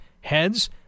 heads